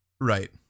Right